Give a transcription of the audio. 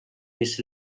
mis